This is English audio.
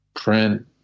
Print